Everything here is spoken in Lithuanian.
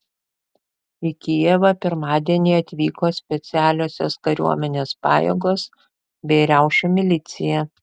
į kijevą pirmadienį atvyko specialiosios kariuomenės pajėgos bei riaušių milicija